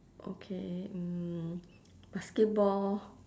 okay mm basketball